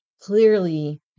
clearly